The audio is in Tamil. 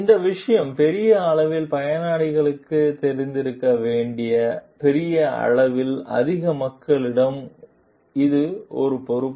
இந்த விஷயம் பெரிய அளவில் பயனாளிகளுக்கு தெரிந்திருக்க வேண்டிய பெரிய அளவில் அதிக பொதுமக்களிடம் இது ஒரு பொறுப்பு